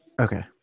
Okay